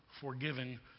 forgiven